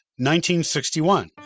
1961